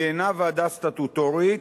והיא אינה ועדה סטטוטורית.